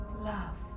Love